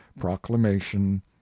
proclamation